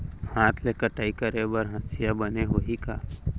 हाथ ले कटाई करे बर हसिया बने होही का?